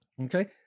Okay